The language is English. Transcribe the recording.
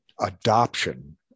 adoption